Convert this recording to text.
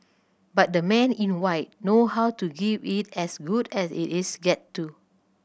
but the Men in White know how to give it as good as it gets too